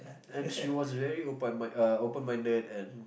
and she was very open open minded and